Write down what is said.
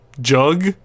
jug